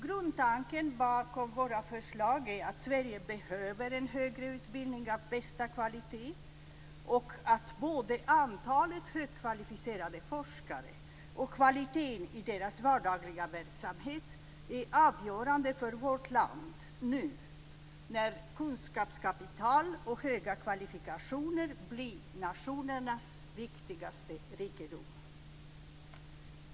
Grundtanken bakom våra förslag är att Sverige behöver en högre utbildning av bästa kvalitet och att både antalet högkvalificerade forskare och kvaliteten i deras vardagliga verksamhet är avgörande för vårt land nu, när kunskapskapital och höga kvalifikationer blir nationernas viktigaste rikedom.